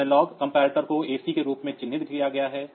analogue तुलनित्र को AC के रूप में चिह्नित किया गया है